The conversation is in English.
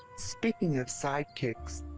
speaking of sidekicks,